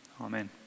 amen